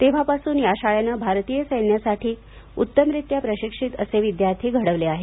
तेव्हापासून या शाळेनं भारतीय सैन्यासाठी उत्तमरित्या प्रशिक्षित असे विद्यार्थी घडवले आहेत